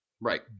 right